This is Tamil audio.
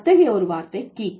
அத்தகைய ஒரு வார்த்தை கீக்